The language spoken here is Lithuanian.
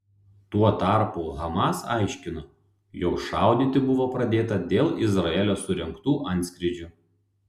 tuo tarpu hamas aiškino jog šaudyti buvo pradėta dėl izraelio surengtų antskrydžių